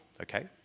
okay